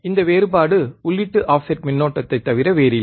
இந்த வேறுபாடு உள்ளீட்டு ஆஃப்செட் மின்னோட்டத்தைத் தவிர வேறில்லை